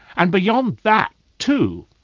and beyond that too,